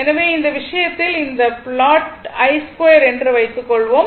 எனவே இந்த விஷயத்தில் இந்த பிளாட் i2 என்று வைத்துக் கொள்வோம்